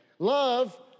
Love